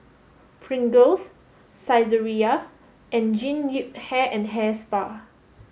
Pringles Saizeriya and Jean Yip Hair and Hair Spa